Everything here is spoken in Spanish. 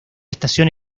estación